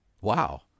Wow